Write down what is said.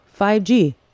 5G